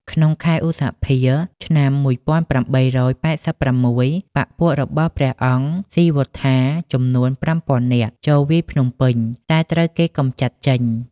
ក្នុងខែឧសភា ឆ្នាំ ១៨៨៦ បក្សពួករបស់ព្រះអង្គស៊ីវត្ថាចំនួន ៥០០០ នាក់ចូលវាយភ្នំពេញ តែត្រូវគេកម្ចាត់ចេញ។